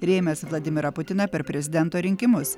rėmęs vladimirą putiną per prezidento rinkimus